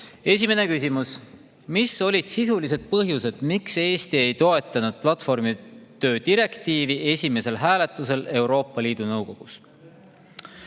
Esimene küsimus: "Mis olid sisulised põhjused, miks Eesti ei toetanud platvormitöö direktiivi esimesel hääletusel Euroopa Liidu nõukogus?"